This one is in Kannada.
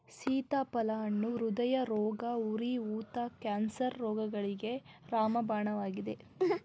ಸೀತಾಫಲ ಹಣ್ಣು ಹೃದಯರೋಗ, ಉರಿ ಊತ, ಕ್ಯಾನ್ಸರ್ ರೋಗಗಳಿಗೆ ರಾಮಬಾಣವಾಗಿದೆ